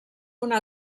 una